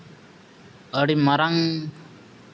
ᱟᱹᱰᱤ ᱢᱟᱨᱟᱝ